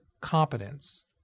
competence